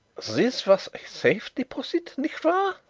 this was a safety deposit, nicht wahr?